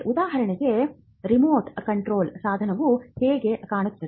ಉದಾಹರಣೆಗೆ remote control ಸಾಧನವು ಹೇಗೆ ಕಾಣುತ್ತದೆ